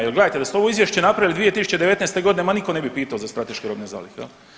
Jer gledajte, da ste ovo Izvješće napravili 2019. g., ma nitko ne bi pitao za strateške robne zalihe.